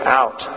out